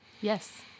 Yes